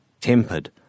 tempered